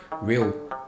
real